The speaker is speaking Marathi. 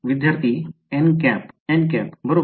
विद्यार्थी बरोबर